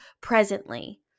presently